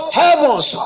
heavens